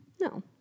no